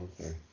Okay